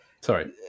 sorry